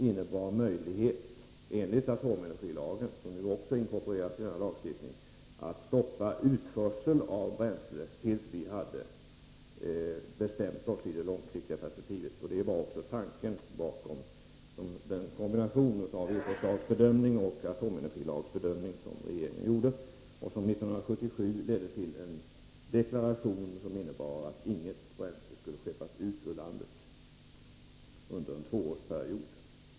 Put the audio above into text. Den gav enligt atomenergilagen, som nu också har inkorporerats i den nya lagstiftningen, möjlighet att stoppa utförsel av bränsle till dess att vi hade bestämt oss i det långsiktiga perspektivet. Det var också tanken bakom den kombination av överslagsbedömning och atomenergilagbedömning som regeringen gjorde och som 1977 ledde till en deklaration som innebar att inget bränsle skulle skeppas ut ur landet under en tvåårsperiod.